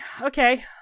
Okay